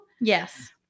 Yes